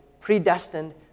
predestined